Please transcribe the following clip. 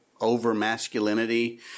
over-masculinity